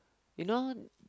you know